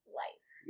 life